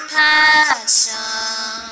passion